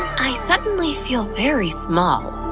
i suddenly feel very small.